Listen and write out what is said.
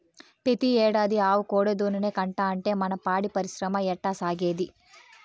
పెతీ ఏడాది ఆవు కోడెదూడనే కంటాంటే మన పాడి పరిశ్రమ ఎట్టాసాగేది